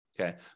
Okay